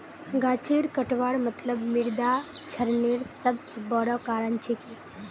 गाछेर कटवार मतलब मृदा क्षरनेर सबस बोरो कारण छिके